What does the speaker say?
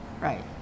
right